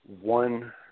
one